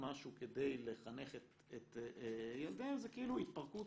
משהו כדי לחנך את ילדיהם זה כאילו התפרקות